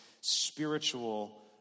spiritual